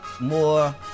more